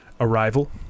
Arrival